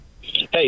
Hey